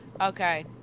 okay